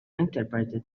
interpret